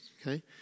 okay